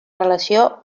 relació